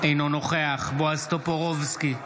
אינו נוכח בועז טופורובסקי,